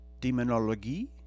Demonologie